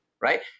right